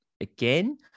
again